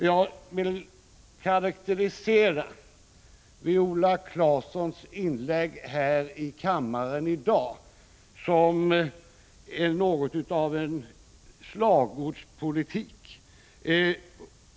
Jag vill karakterisera Viola Claessons inlägg i kammaren i dag som något av slagordspolitik.